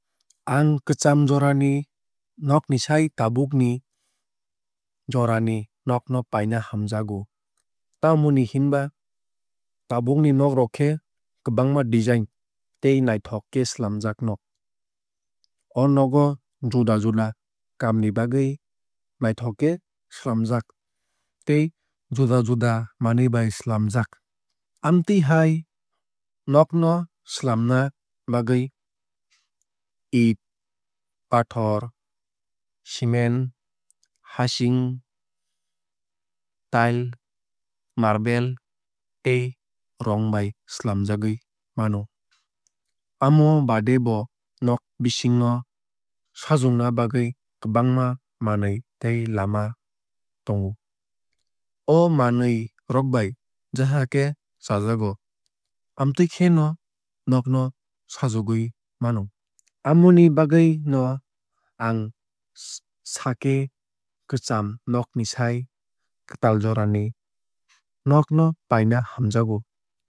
Ang kwcham jorani nogni sai tabukni jorani nogno paina hamjago. Tamoni hinba tabukni nogrok khe kwbangma design tei naithok khe swlamjak nog. O nogo juda juda kaam ni bagwui naithok khe swlamjak tei juda juda manwui bai swlamjak. Amtwui hai nogno swlamna bagui eet pathor cement hasing tile marble tei rong bai swlamjagui mano. Amo baade bo nog bising o sajokna bagwui kwbangma manui tei lama tongo. O manwui rok bai jesakhe chajago amtwui khe no nogno sajogui mano. Amoni bagwui no ang saak khe kwcham nog ni sai kwtal jorani nog no paina hamjago.